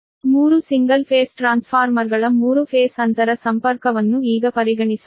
3 single phase ಟ್ರಾನ್ಸ್ಫಾರ್ಮರ್ಗಳ 3 phase ಅಂತರ ಸಂಪರ್ಕವನ್ನು ಈಗ ಪರಿಗಣಿಸೋಣ